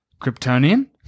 Kryptonian